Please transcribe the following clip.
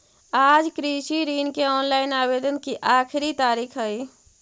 आज कृषि ऋण के ऑनलाइन आवेदन की आखिरी तारीख हई